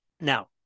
now